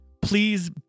please